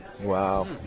Wow